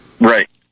Right